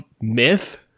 myth